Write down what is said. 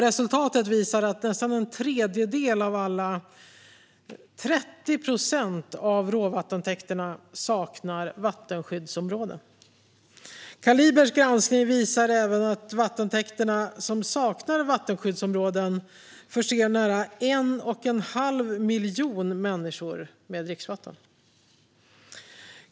Resultatet visar att nästan en tredjedel, 30 procent, av råvattentäkterna saknar vattenskyddsområden. Kalibers granskning visar även att vattentäkterna som saknar vattenskyddsområden förser nära 1 1⁄2 miljon människor med dricksvatten.